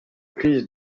crise